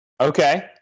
okay